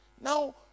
Now